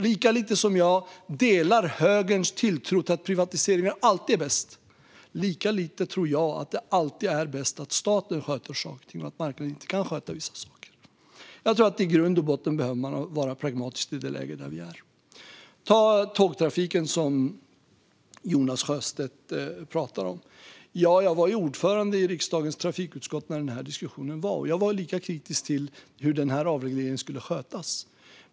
Lika lite som jag delar högerns tilltro till att privatiseringar alltid är bäst, lika lite tror jag att det alltid är bäst att staten sköter saker och ting och att marknaden inte kan sköta vissa saker. Jag tror att man i grund och botten behöver vara pragmatisk i det läge där vi är. Ta tågtrafiken, som Jonas Sjöstedt pratar om. Jag var ju ordförande i riksdagens trafikutskott när den diskussionen fördes, och jag var lika kritisk till hur avregleringen skulle skötas.